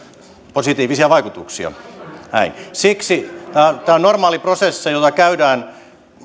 positiivisia vaikutuksia näin siksi tämä on normaali prosessi jota käydään